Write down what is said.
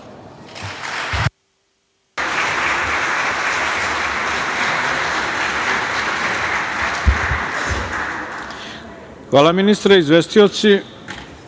Hvala ministre. Izvestioci,